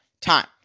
time